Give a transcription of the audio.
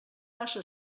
passa